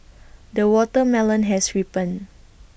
the watermelon has ripened